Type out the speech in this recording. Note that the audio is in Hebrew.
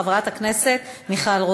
אני מוסיפה את חבר הכנסת מיקי לוי